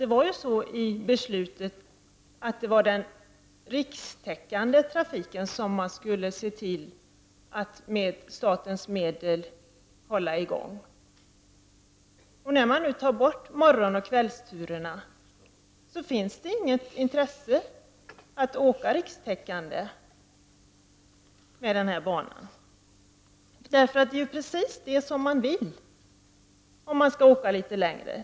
Det sades i beslutet att man skulle se till att hålla i gång den rikstäckande trafiken med statens medel. När man nu tar bort morgonoch kvällsturerna finns det inget intresse för att utnyttja den rikstäckande trafiken från denna bana. Man vill ju åka med dessa turer, om man skall åka litet längre.